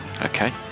Okay